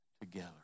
together